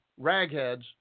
ragheads